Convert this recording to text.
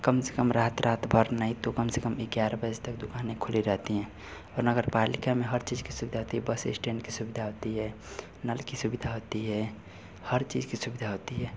कम से कम रात रातभर नहीं तो कम से कम ये ग्यारह बजे तक दुकानें खुली रहती हैं और नगर पालिका में हर चीज़ की सुविधा होती है बस इश्टैन्ड की सुविधा होती है नल की सुविधा होती है हर चीज़ की सुविधा होती है